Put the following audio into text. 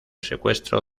secuestro